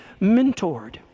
mentored